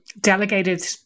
delegated